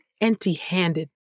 empty-handed